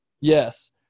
Yes